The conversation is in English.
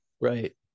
Right